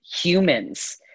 humans